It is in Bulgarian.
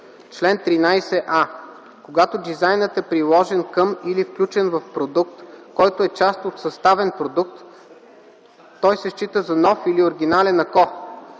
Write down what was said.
Чл. 13а. Когато дизайнът е приложен към или включен в продукт, който е част от съставен продукт, той се счита за нов или оригинален,